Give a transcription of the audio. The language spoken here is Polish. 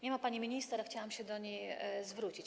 Nie ma pani minister, a chciałam się do niej zwrócić.